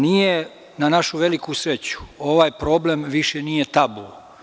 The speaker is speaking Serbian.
Nije, na našu veliku sreću, ovaj problem više nije tabu.